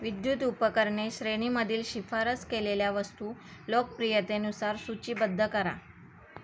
विद्युत उपकरणे श्रेणीमधील शिफारस केलेल्या वस्तू लोकप्रियतेनुसार सूचीबद्ध करा